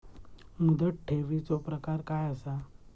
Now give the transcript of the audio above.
मुदत ठेवीचो प्रकार काय असा?